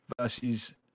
versus